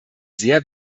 sehr